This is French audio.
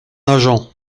agent